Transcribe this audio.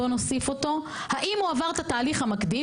נוסיף אותו - האם הוא עבר את ההליך המקדים?